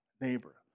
neighbor